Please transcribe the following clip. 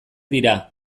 dira